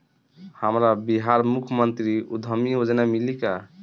हमरा बिहार मुख्यमंत्री उद्यमी योजना मिली का?